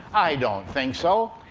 i don't think so.